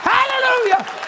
Hallelujah